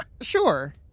Sure